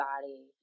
body